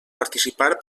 participar